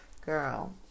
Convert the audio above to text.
Girl